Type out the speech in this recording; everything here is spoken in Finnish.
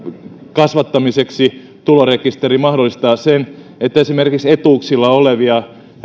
kasvattamisessa tulorekisteri mahdollistaa sen että esimerkiksi etuuksilla olevia